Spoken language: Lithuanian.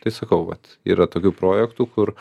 tai sakau vat yra tokių projektų kur